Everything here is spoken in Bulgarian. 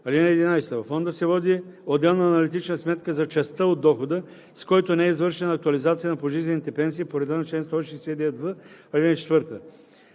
(11) Във фонда се води отделна аналитична сметка за частта от дохода, с който не е извършена актуализация на пожизнените пенсии по реда на чл. 169в, ал. 4.